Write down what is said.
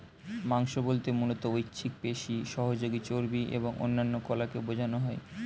মাংস বলতে মূলত ঐচ্ছিক পেশি, সহযোগী চর্বি এবং অন্যান্য কলাকে বোঝানো হয়